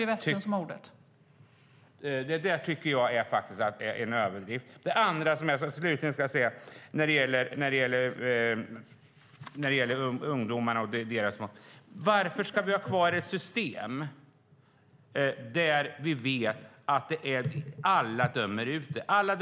Det är en mer intressant fråga.